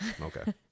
okay